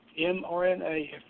mRNA